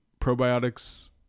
probiotics